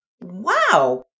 Wow